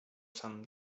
some